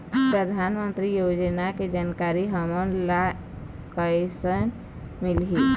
परधानमंतरी योजना के जानकारी हमन ल कइसे मिलही?